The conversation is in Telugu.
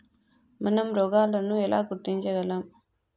మనం రోగాలను ఎలా గుర్తించగలం?